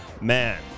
Man